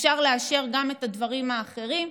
אפשר לאשר גם את הדברים האחרים,